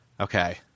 Okay